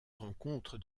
rencontre